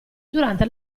durante